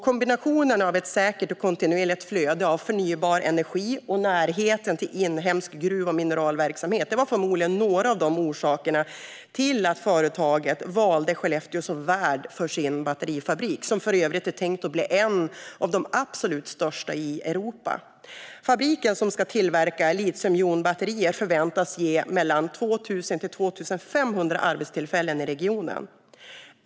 Kombinationen av ett säkert och kontinuerligt flöde av förnybar energi och närheten till inhemsk gruv och mineralverksamhet var förmodligen några av orsakerna till att företaget valde Skellefteå som värd för sin batterifabrik, som för övrigt är tänkt att bli en av de absolut största i Europa. Fabriken, som ska tillverka litiumjonbatterier, förväntas ge mellan 2 000 och 2 500 nya arbetstillfällen i regionen.